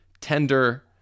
tender